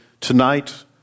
tonight